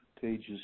pages